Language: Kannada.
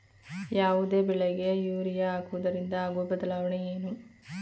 ಯಾವುದೇ ಬೆಳೆಗೆ ಯೂರಿಯಾ ಹಾಕುವುದರಿಂದ ಆಗುವ ಬದಲಾವಣೆ ಏನು?